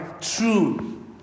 true